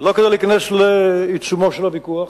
לא כדי להיכנס לעיצומו של הוויכוח,